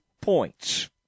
points